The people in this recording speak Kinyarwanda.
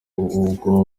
ubwo